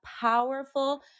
powerful